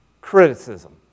criticism